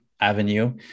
Avenue